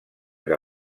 que